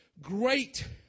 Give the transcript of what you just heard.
great